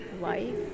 life